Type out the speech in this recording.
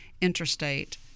interstate